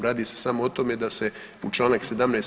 Radi se samo o tome da se u čl. 17.